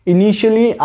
Initially